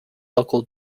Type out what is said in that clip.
local